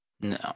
No